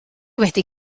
wedi